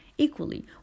Equally